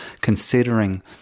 considering